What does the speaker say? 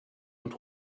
und